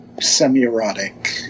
semi-erotic